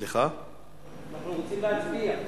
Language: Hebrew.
אנחנו רוצים להצביע,